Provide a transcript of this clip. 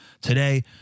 Today